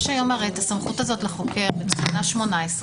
הרי יש היום את הסמכות הזאת לחוקר בתקנה 18,